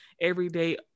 everyday